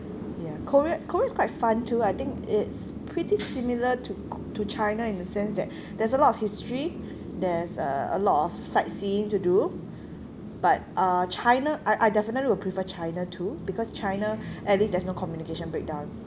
ya korea korea's quite fun too I think it's pretty similar to k~ to china in the sense that there's a lot of history there's uh a lot of sightseeing to do but uh china I I definitely will prefer china too because china at least there's no communication breakdown